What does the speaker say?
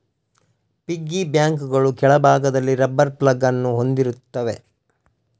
piggy ಬ್ಯಾಂಕುಗಳು ಕೆಳಭಾಗದಲ್ಲಿ rubber plug ಅನ್ನು ಹೊಂದಿರುತ್ತವೆ